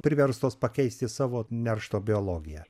priverstos pakeisti savo neršto biologiją